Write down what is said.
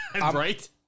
right